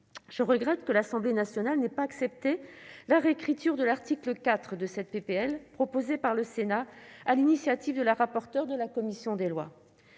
Je regrette que l'Assemblée nationale n'ait pas accepté la réécriture de l'article 4 de ce texte, proposée par le Sénat sur l'initiative de la rapporteure pour avis de la commission des lois.